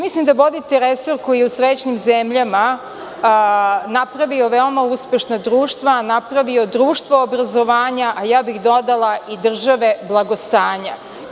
Mislim da vodite resor koji je u srećnim zemljama napravio veoma uspešna društva, napravio društvo obrazovanja, a ja bih dodala i države blagostanja.